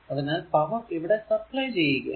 അതിനാൽ പവർ ഇവിടെ സപ്ലൈ ചെയ്യുകയാണ്